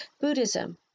Buddhism